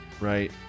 Right